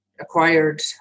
acquired